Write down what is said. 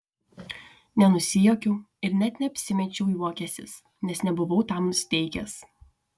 nenusijuokiau ir net neapsimečiau juokiąsis nes nebuvau tam nusiteikęs